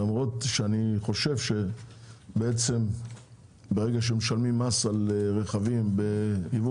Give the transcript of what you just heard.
למרות שאני חושב שברגע שמשלמים מס על רכבים ביבוא